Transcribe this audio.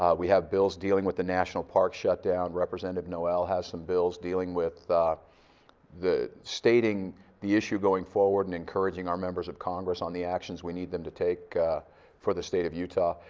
ah we have bills dealing with the national park shutdown representative noel has bills dealing with the the stating the issue going forward and encouraging our members of congress on the action we need them to take for the state of utah.